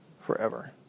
forever